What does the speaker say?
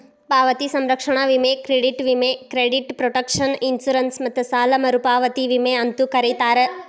ಪಾವತಿ ಸಂರಕ್ಷಣಾ ವಿಮೆ ಕ್ರೆಡಿಟ್ ವಿಮೆ ಕ್ರೆಡಿಟ್ ಪ್ರೊಟೆಕ್ಷನ್ ಇನ್ಶೂರೆನ್ಸ್ ಮತ್ತ ಸಾಲ ಮರುಪಾವತಿ ವಿಮೆ ಅಂತೂ ಕರೇತಾರ